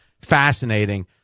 fascinating